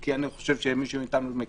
מי מאיתנו שמכיר,